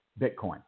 Bitcoin